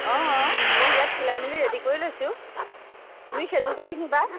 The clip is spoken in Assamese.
অঁ মই ইয়াত চিলাই মেলি ৰেডি কৰি লৈছোঁ তুমি সেইযোৰকে পিন্ধিবা